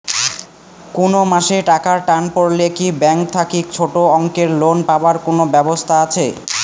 কুনো মাসে টাকার টান পড়লে কি ব্যাংক থাকি ছোটো অঙ্কের লোন পাবার কুনো ব্যাবস্থা আছে?